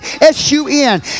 S-U-N